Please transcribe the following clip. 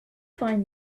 find